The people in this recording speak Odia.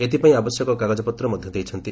ଏଥିପାଇଁ ଆବଶ୍ୟକ କାଗଜପତ୍ର ମଧ୍ଧ ଦେଇଛନ୍ତି